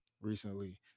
recently